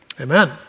amen